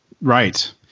Right